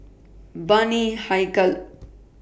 Bani Haykal